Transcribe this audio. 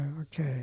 Okay